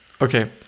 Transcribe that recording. Okay